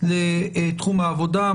לתחום העבודה.